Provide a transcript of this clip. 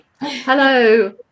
Hello